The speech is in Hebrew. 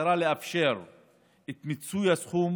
במטרה לאפשר את מיצוי הסכום